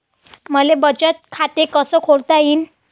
मले बचत खाते कसं खोलता येईन?